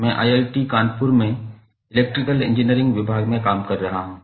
मैं I I T Kanpur में electrical engineering विभाग के साथ काम कर रहा हूँ